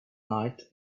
night